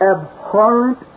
abhorrent